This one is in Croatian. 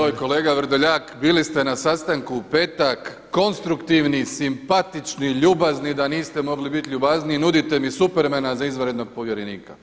Joj kolega Vrdoljak bili ste na sastanku u petak konstruktivni, simpatični, ljubazni da niste mogli biti ljubazniji, nudite mi Supermana za izvanrednog povjerenika.